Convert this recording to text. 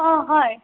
অঁ হয়